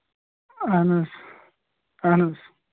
اَہَن حظ اَہَن حظ